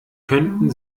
könnten